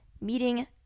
meeting